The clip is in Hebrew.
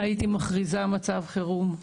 הייתי מכריזה מצב חירום.